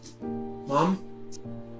Mom